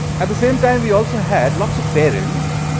at the same time, we also had lots of parents,